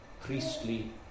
priestly